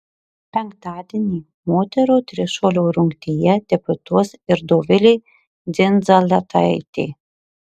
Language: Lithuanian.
penktadienį moterų trišuolio rungtyje debiutuos ir dovilė dzindzaletaitė